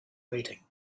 waiting